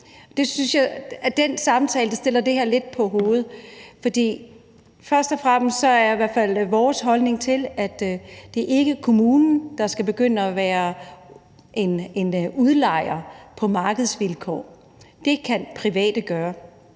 Den samtale stiller det her lidt på hovedet. Først og fremmest er det i hvert fald vores holdning, at det ikke er kommunen, der skal begynde at være udlejer på markedsvilkår. Det kan private gøre.